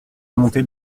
montée